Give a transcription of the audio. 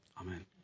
amen